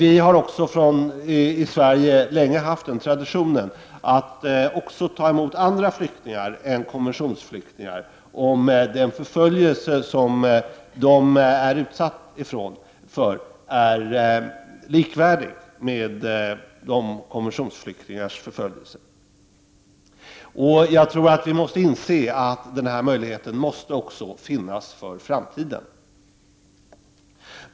I Sverige har vi länge haft traditionen att även ta emot andra flyktingar än konventionsflyktingar, om den förföljelse som dessa flyktingar är utsatta för är likvärdig med den förföljelse som konventionsflyktingarna utsätts för. Jag tror att vi måste inse att denna möjlighet måste finnas också i framtiden.